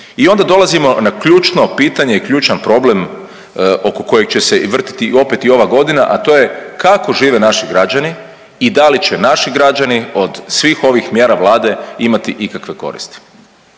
i onda dolazimo na ključno pitanje i ključan problem oko kojeg će se i vrtiti opet i ova godina, a to je kako žive naši građani i da li će naši građani od svih ovih mjera Vlade imati ikakve koristi.